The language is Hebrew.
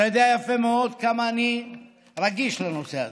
אתה יודע יפה מאוד כמה אני רגיש לנושא הזה.